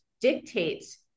dictates